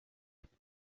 riva